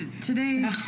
Today